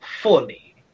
fully